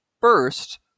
first